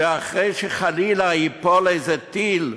אחרי שחלילה ייפול איזה טיל,